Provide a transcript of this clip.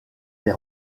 des